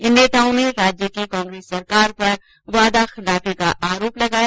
इन नेताओं ने राज्य की कांग्रेस सरकार पर वादा खिलाफी का आरोप लगाया